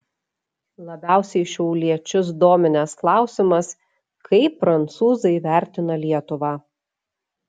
labiausiai šiauliečius dominęs klausimas kaip prancūzai vertina lietuvą